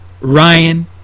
Ryan